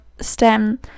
STEM